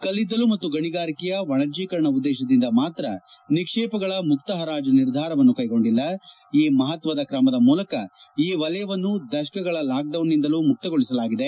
ಕಲ್ಲಿದ್ದಲು ಮತ್ತು ಗಣಿಗಾರಿಕೆಯ ವಾಣಿಜ್ಯೀಕರಣ ಉದ್ದೇಶದಿಂದ ಮಾತ್ರ ನಿಕ್ಷೇಪಗಳ ಮುಕ್ತ ಹರಾಜು ನಿರ್ಧಾರವನ್ನು ಕೈಗೊಂಡಿಲ್ಲ ಈ ಮಹತ್ವದ ಕ್ರಮದ ಮೂಲಕ ಈ ವಲಯವನ್ನು ದಶಕಗಳ ಲಾಕ್ಡೌನ್ನಿಂದಲೂ ಮುಕ್ತಗೊಳಿಸಲಾಗಿದೆ